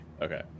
Okay